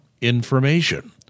information